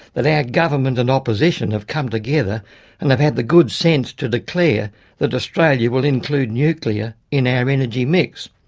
that our government and opposition have come together and have had the good sense to declare that australia will include nuclear in our energy mix.